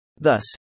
Thus